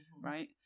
right